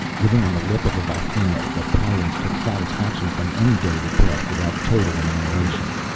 living on the lip of a volcano. the pyrrans took satisfaction from any day that passed without total annihilation.